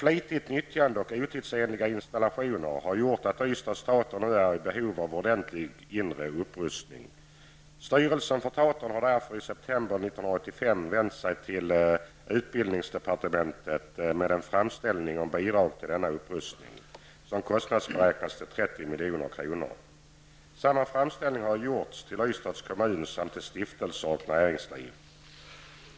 Flitigt nyttjande och otidsenliga installationer har gjort att Ystads Teater nu är i behov av en ordentlig inre upprustning. Styrelsen för teatern har därför i september 1985 vänt sig till utbildningsdepartementet med en framställning om bidrag till denna upprustning, som kostnadsberäknats till 30 milj.kr. Samma framställning har gjorts till Ystads kommun samt till stiftelser och näringsliv.